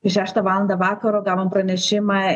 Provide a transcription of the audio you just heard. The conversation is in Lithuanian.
šeštą valandą vakaro gavom pranešimą